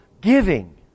giving